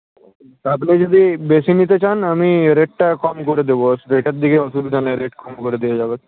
আপনি যদি বেশি নিতে চান আমি রেটটা কম করে দেবো রেটের দিকে অসুবিধা নাই রেট কম করে দেওয়া যাবে